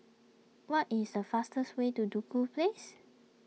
what is the fastest way to Duku Place